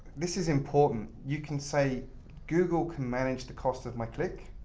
this is important. you can say google can manage the cost of my click,